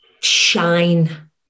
shine